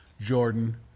Jordan